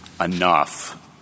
enough